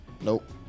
Nope